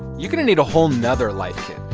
you're going to need a whole nother life kit,